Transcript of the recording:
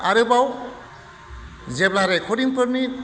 आरोबाव जेब्ला रेकरदिं फोरनि